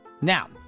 now